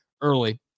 early